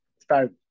start